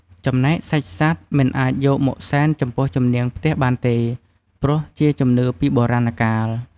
ចំណែកសាច់សត្វមិនអាចយកមកសែនចំពោះជំនាងផ្ទះបានទេ ព្រោះជាជំនឿពីបុរាណកាល។